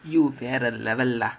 you வேற:vera level lah